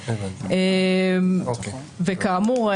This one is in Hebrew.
כאמור,